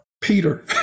Peter